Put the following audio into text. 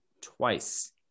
twice